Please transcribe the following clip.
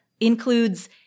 includes